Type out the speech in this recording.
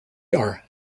are